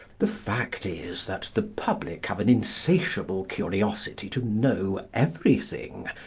the fact is, that the public have an insatiable curiosity to know everything,